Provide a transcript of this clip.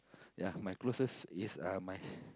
yeah my closest is uh my